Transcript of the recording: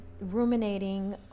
ruminating